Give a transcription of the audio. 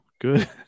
Good